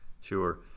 Sure